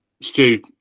Stu